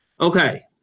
Okay